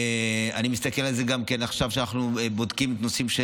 אני מסתכל על זה עכשיו כשאנחנו בודקים נושאים,